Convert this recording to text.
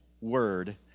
word